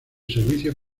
servicio